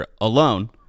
alone